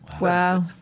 wow